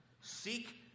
Seek